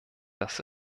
das